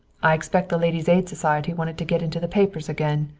i expect the ladies' aid society wanted to get into the papers again,